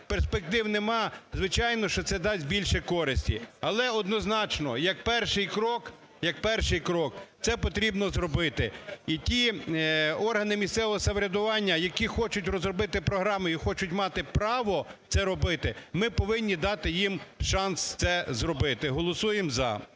перспектив нема, звичайно, що це дасть більше користі. Але однозначно як перший крок це потрібно зробити. І ті органи місцевого самоврядування, які хочуть розробити програму і хочуть мати право це робити, ми повинні дати їм шанс це зробити, голосуємо за.